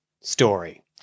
story